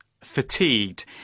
fatigued